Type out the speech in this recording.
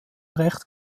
recht